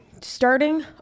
starting